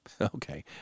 Okay